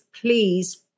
please